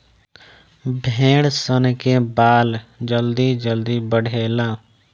भेड़ सन के बाल जल्दी जल्दी बढ़ेला